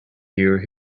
here